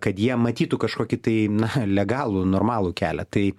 kad jie matytų kažkokį tai na legalų normalų kelią tai